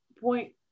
point